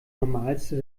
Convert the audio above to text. normalste